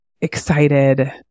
excited